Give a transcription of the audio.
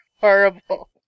horrible